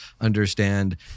understand